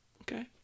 Okay